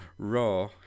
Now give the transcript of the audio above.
Raw